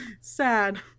Sad